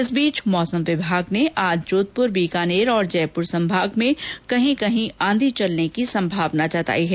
इस बीच मौसम विभाग ने आज जोधपुर बीकानेर और जयपुर संभाग में कहीं कहीं आंधी चलने की संभावना जतायी है